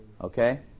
Okay